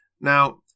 Now